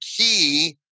key